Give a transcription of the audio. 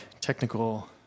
technical